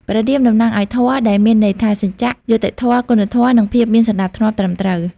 ព្រះរាមតំណាងឲ្យ ធម៌ ដែលមានន័យថា សច្ចៈ យុត្តិធម៌ គុណធម៌ និងភាពមានសណ្ដាប់ធ្នាប់ត្រឹមត្រូវ ។